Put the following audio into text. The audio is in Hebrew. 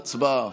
ההסתייגות (2)